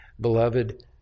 beloved